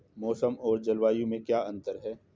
मौसम और जलवायु में क्या अंतर?